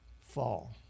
fall